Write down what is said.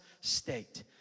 state